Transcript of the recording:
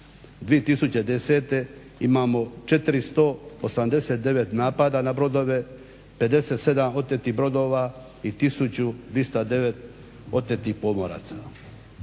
2010. imamo 489 napada na brodove, 57 otetih brodova i 1209 otetih pomoraca,